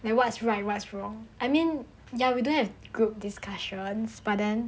then what's right what's wrong I mean ya we don't have group discussions but then